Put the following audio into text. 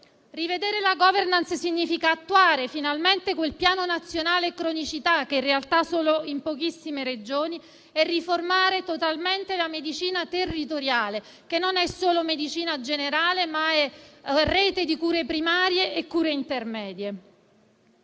Rivedere la *governance* significa attuare finalmente quel Piano nazionale cronicità, che in realtà è applicato solo in pochissime Regioni, e riformare totalmente la medicina territoriale, che non è solo medicina generale, ma è rete di cure primarie e cure intermedie.